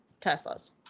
teslas